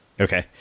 Okay